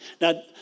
Now